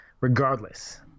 regardless